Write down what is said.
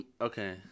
Okay